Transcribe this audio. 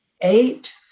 Eight